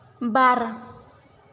बार